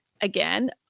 again